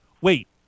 Wait